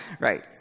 Right